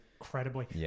incredibly